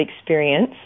experience